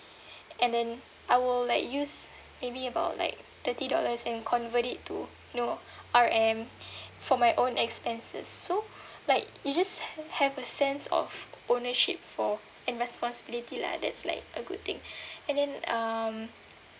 and then I will like use maybe about like thirty dollars and convert it to know R_M for my own expenses so like you just have a sense of ownership for and responsibility lah that's like a good thing and then um